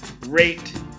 rate